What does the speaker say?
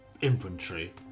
infantry